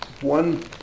one